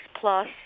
plus